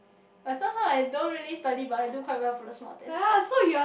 but somehow I don't really study but I do quite well for the small test